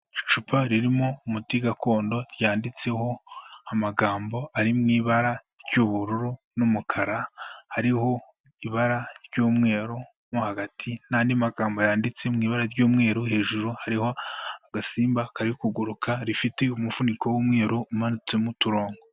Icupa ririmo umuti gakondo ryanditseho amagambo ari mu ibara ry'ubururu n'umukara, hariho ibara ry'umweru nko hagati n'andi magambo yanditse mu ibara ry'umweru hejuru hariho agasimba kari kuguruka rifite umufuniko w'umweru umanutsemo uturongo.